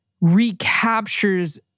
recaptures